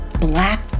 Black